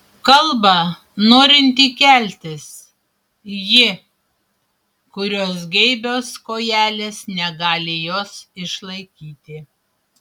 kalba norinti keltis ji kurios geibios kojelės negali jos išlaikyti